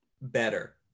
better